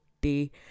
day